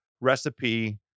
recipe